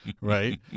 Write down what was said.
right